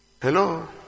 Hello